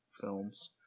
Films